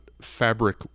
fabric